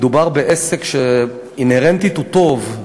מדובר בעסק שאינהרנטית הוא טוב,